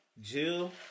Jill